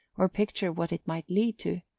or picture what it might lead to,